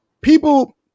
People